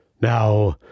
Now